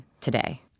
today